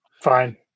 fine